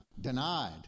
Denied